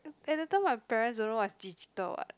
at that time my parents don't know what is digital what